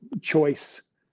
Choice